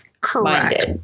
Correct